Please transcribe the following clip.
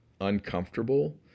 uncomfortable